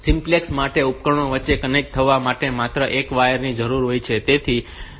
simplex માટે ઉપકરણો વચ્ચે કનેક્ટ થવા માટે માત્ર એક વાયર ની જરૂર હોય છે